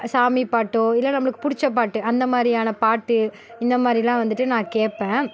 சாமிப் பாட்டோ இல்லை நம்மளுக்கு பிடிச்ச பாட்டு அந்த மாதிரியான பாட்டு இந்த மாதிரில்லாம் வந்துட்டு நான் கேட்பேன்